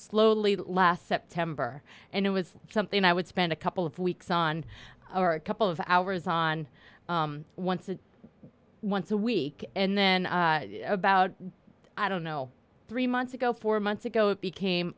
slowly last september and it was something i would spend a couple of weeks on or a couple of hours on once a once a week and then about i don't know three months ago four months ago it became